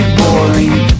boring